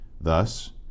Thus